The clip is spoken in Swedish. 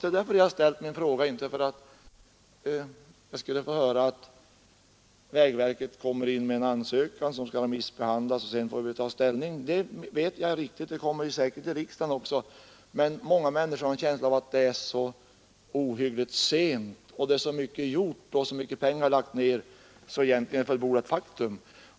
Det är därför jag ställt min interpellation, inte för att få höra att när vägverket kommer in med en ansökan skall denna remissbehandlas och sedan får vi ta ställning. Jag vet att detta är riktigt, och vi kommer säkerligen även i riksdagen att få ta ställning. Men många människor har en känsla av att det är så mycket gjort och att så mycket pengar lagts ned att hela frågan egentligen är ett fullbordat faktum.